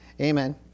Amen